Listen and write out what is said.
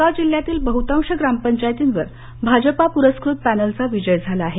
जळगाव जिल्ह्यातील बहुतांश ग्रामपंचायतींवर भाजपा प्रस्कृत प्रस्कृत पॅनेलचा विजय झाला आहे